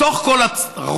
בתוך כל הרוע,